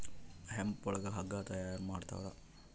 hemp ಒಳಗ ಹಗ್ಗ ತಯಾರ ಮಾಡ್ತಾರ